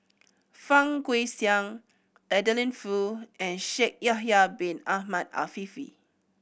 Fang Guixiang Adeline Foo and Shaikh Yahya Bin Ahmed Afifi